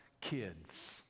kids